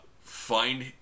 find